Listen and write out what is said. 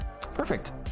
perfect